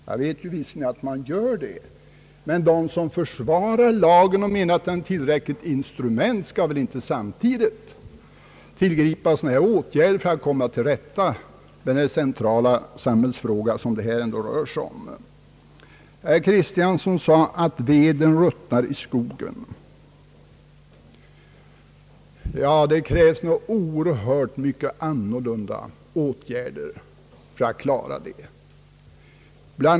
Jag vet visserligen att man gör det, men de som försvarar lagen och menar, att den är ett tillräckligt instrument i detta syfte, bör väl inte samtidigt tillgripa sådana här åtgärder för att komma till rätta med den centrala samhällsfråga som det ändå rör sig om. Herr Kristiansson sade att veden ruttnar i skogen, Ja, det krävs nog helt andra åtgärder för att lösa det problemet.